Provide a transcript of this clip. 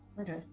okay